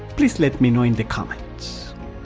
please let me know in the comments!